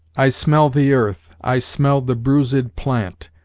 i smell the earth, i smell the bruised plant,